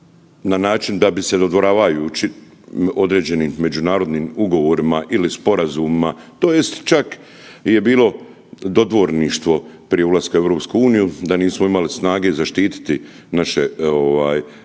na način da bi se dodvoravajući određenim međunarodnim ugovorima ili sporazumima, tj. čak je bilo dodvorništvo prije ulaska u EU da nismo imali snage zaštiti naše suverene